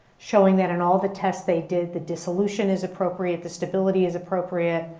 showing that in all the tests they did the dissolution is appropriate, the stability is appropriate,